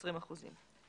20 אחוזים.